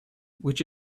which